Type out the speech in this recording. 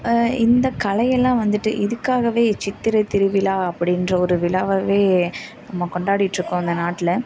இந்த கலையெல்லாம் வந்துட்டு இதுக்காகவே சித்திரை திருவிழா அப்படின்ற ஒரு விழாவாவே நம்ம கொண்டாடிகிட்டுருக்கோம் இந்த நாட்டில்